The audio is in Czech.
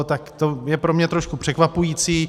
Tak to je pro mě trošku překvapující.